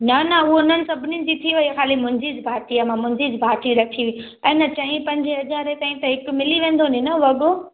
न न उहो उन्हनि सभनिनि जी थी वेई आहे ख़ाली मुंहिंजी ज बाक़ी आहे मां मुंहिंजी ज बाक़ी रखी हुई ऐं न चईं पंजे हक़ारे ताईं त हिकु मिली वेंदो ने न वॻो